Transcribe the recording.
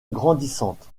grandissante